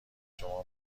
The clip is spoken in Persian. شما